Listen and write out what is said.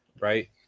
right